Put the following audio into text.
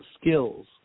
skills